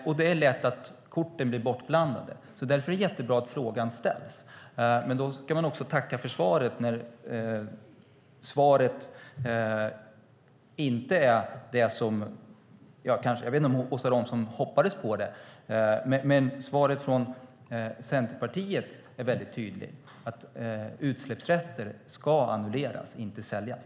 Men korten blir lätt bortblandade. Därför är det jättebra att frågan ställs. Men man ska också tacka för svaret när svaret från Centerpartiet - jag vet inte om Åsa Romson hoppades på det - är väldigt tydligt: Utsläppsrätter ska annulleras, inte säljas.